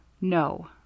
No